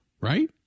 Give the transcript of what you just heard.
Right